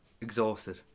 Exhausted